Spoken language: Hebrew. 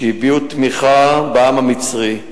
שהביעו תמיכה בעם המצרי.